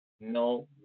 No